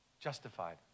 Justified